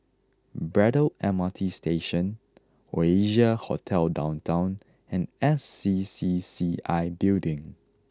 Braddell M R T Station Oasia Hotel Downtown and S C C C I Building